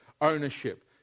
ownership